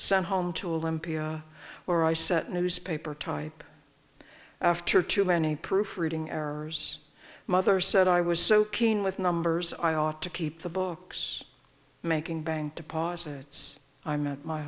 sent home to a limp where i set newspaper type after too many proofreading errors mother said i was so keen with numbers i ought to keep the books making bank deposits i met my